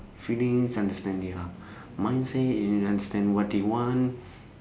feelings understand their mindset and understand what they want